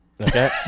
Okay